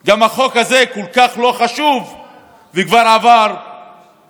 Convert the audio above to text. המוחלשות ויבטיחו חיים בביטחון ובכבוד לכל אזרחי ואזרחיות